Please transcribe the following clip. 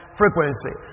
frequency